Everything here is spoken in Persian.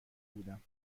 بودم